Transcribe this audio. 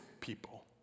people